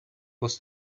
was